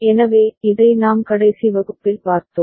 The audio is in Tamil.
எனவே இதை நாம் கடைசி வகுப்பில் பார்த்தோம்